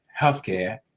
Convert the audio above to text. healthcare